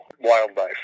wildlife